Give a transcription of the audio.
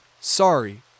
Sorry